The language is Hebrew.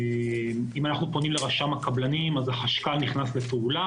אם אנחנו פונים לרשם הקבלנים אז החשכ"ל נכנס לפעולה